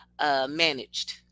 managed